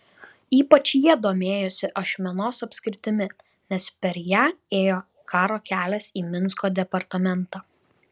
ypač jie domėjosi ašmenos apskritimi nes per ją ėjo karo kelias į minsko departamentą